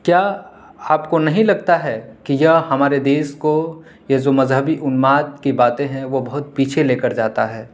کیا آپ کو نہیں لگتا ہے کہ یہ ہمارے دیس کو یہ جو مذہبی انماد کی باتیں ہیں وہ بہت پیچھے لے کر جاتا ہے